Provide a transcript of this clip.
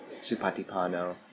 Supatipano